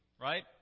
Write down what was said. right